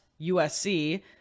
USC